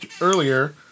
earlier